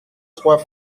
trois